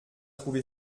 trouvé